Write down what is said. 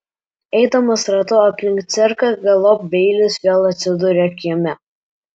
eidamas ratu aplink cirką galop beilis vėl atsiduria kieme